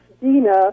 Dina